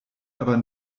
aber